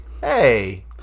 hey